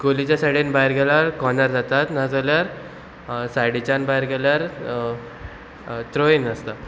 गोलीच्या सायडीन भायर गेल्यार कॉर्नर जातात नाजाल्यार सायडीच्यान भायर गेल्यार त्रोइंग आसता